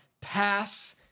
pass